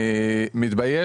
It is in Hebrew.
אני מתבייש,